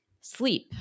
sleep